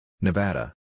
Nevada